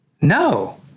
No